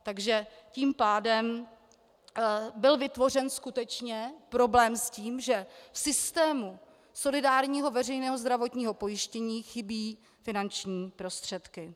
Takže tím pádem byl vytvořen skutečně problém s tím, že v systému solidárního veřejného zdravotního pojištění chybějí finanční prostředky.